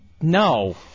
no